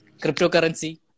Cryptocurrency